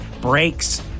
breaks